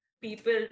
people